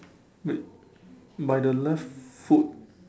wait by the left foot